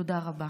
תודה רבה.